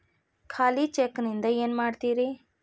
ಖಾಲಿ ಚೆಕ್ ನಿಂದ ಏನ ಮಾಡ್ತಿರೇ?